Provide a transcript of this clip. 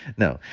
no.